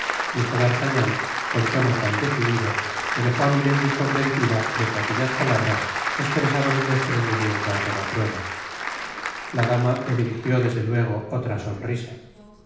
dijo d'artagnan con tono tan decidido que dejó á milady convencida de que aquellas palabras espresaban un desprendimiento á toda prueba la dama le dirigió desde luego otra sonrisa